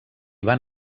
van